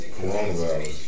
coronavirus